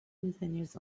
continues